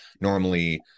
normally